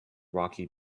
rocky